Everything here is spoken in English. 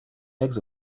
eggs